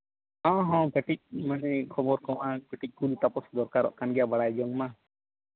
ᱦᱚᱸ ᱦᱚᱸ ᱠᱟᱹᱴᱤᱡ ᱢᱟᱱᱮ ᱠᱷᱚᱵᱚᱨ ᱠᱚᱦᱚᱸ ᱠᱟᱹᱴᱤᱡ ᱠᱚᱱᱴᱟᱯᱚᱥ ᱫᱚᱨᱠᱟᱨᱚᱜ ᱠᱟᱱ ᱜᱮᱭᱟ ᱠᱟᱹᱴᱤᱡ ᱵᱟᱲᱟᱭ ᱡᱚᱝ ᱢᱟ